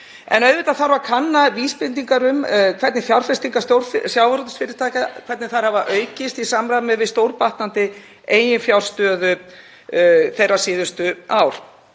En auðvitað þarf að kanna vísbendingar um hvernig fjárfestingar sjávarútvegsfyrirtækja hafa aukist í samræmi við stórbatnandi eiginfjárstöðu þeirra síðustu ár